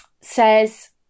says